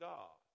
God